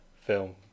film